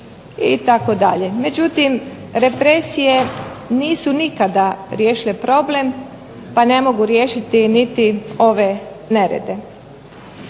Međutim, represije nisu nikada riješile problem pa ne mogu riješiti niti ove nerede.